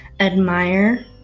admire